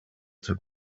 took